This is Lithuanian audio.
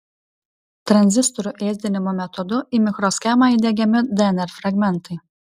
tranzistorių ėsdinimo metodu į mikroschemą įdiegiami dnr fragmentai